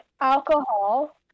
alcohol